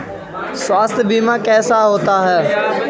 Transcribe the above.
स्वास्थ्य बीमा कैसे होता है?